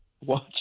Watch